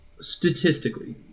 statistically